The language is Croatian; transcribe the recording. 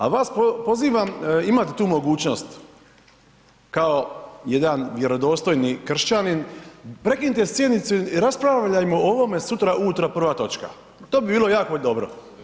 A vas pozivam, imate tu mogućnost kao jedan vjerodostojni kršćanin, prekinite sjednicu i raspravljajmo o ovome sutra ujutro, prva točka, to bi bilo jako dobro.